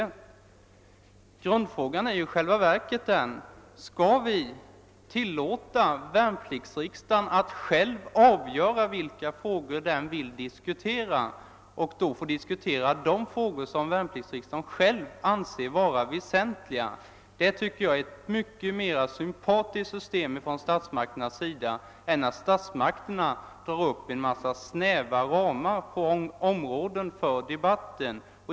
Men grundfrågan är i själva verket denna: Skall vi tillåta värnpliktsriksdagen att själv avgöra vilka frågor den vill diskutera och alltså låta den diskutera de frågor som den själv anser vara väsentliga? Det tycker jag är ett mycket mera sympatiskt system än att statsmakterna drar upp snäva ramar för debatten.